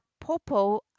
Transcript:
popo